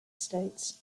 states